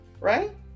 right